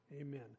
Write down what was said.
Amen